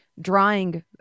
drawing